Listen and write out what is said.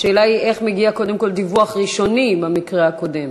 השאלה היא איך מגיע קודם כול דיווח ראשוני במקרה הקודם,